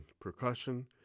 percussion